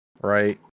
right